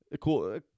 cool